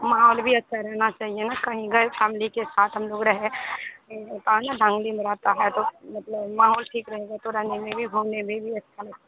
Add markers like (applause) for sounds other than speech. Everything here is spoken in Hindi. माहौल भी अच्छा रहना चाहिए न कहीं गए फॅमिली के साथ हम लोग रहे (unintelligible) फॅमिली में रहता है तो मतलब माहौल ठीक रहेगा तो रहने में भी घूमने में भी अच्छा लगता है